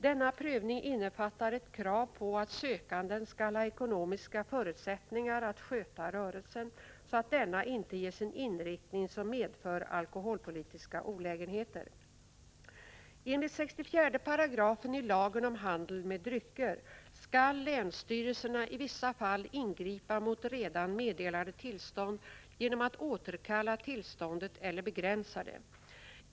Denna prövning innefattar ett krav på att sökanden skall ha ekonomiska förutsättningar att sköta rörelsen, så att denna inte ges en inriktning som medför alkoholpolitiska olägenheter. Enligt 64 § lagen om handel med drycker skall länsstyrelserna i vissa fall ingripa mot redan meddelade tillstånd genom att återkalla tillståndet eller begränsa det.